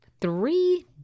Three